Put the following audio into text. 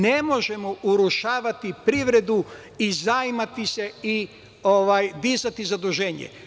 Ne možemo urušavati privredu i zajmati se i dizati zaduženje.